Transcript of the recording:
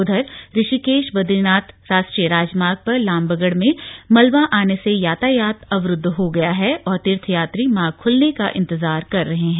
उधर ऋषिकेश बदरीनाथ राष्ट्रीय राजमार्ग पर लामबगड़ में मलबा आने से यातायात अवरूद्व हो गया है और तीर्थयात्री मार्ग खुलने का इंतजार कर रहे हैं